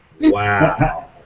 Wow